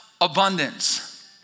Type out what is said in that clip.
abundance